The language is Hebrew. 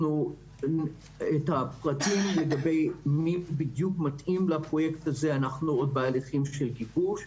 את הפרטים לגבי מי בדיוק מתאים לפרויקט הזה אנחנו עוד בהליכים של גיבוש.